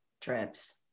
trips